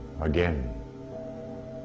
Again